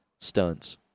stunts